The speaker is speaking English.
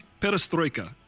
Perestroika